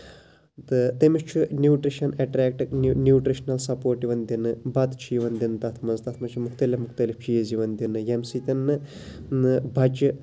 تہٕ تٔمِس چھُ نیوٗٹرِشَن اٮ۪ٹریکٹ نوٗٹرِشنَل سَپوٹ یِوان دِنہٕ بَتہٕ چھُ یِوان دِنہٕ تَتھ منٛز تَتھ منٛز چھِ مُختٔلِف مُختٔلف چیٖز یِوان دِنہٕ ییٚمہِ سۭتۍ ییٚمہِ سۭتۍ نہٕ بَچہٕ